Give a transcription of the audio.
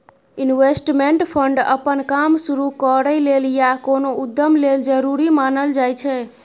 investment fund अप्पन काम शुरु करइ लेल या कोनो उद्यम लेल जरूरी मानल जाइ छै